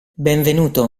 benvenuto